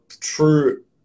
true